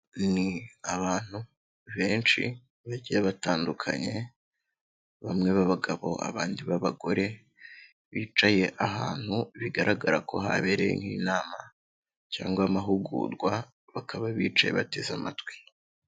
Ni abantu benshi bagiye batandukanye, bamwe b'abagabo abandi b'abagore, bicaye ahantu bigaragara ko habereye nk'inama cyangwa amahugurwa, bakaba bicaye bateze amatwi.